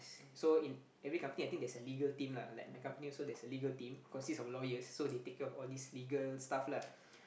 so in every company I think there's a legal team lah like my company also there's a legal team consist of lawyers so they take care of all these legal stuff lah